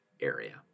area